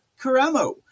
Caramo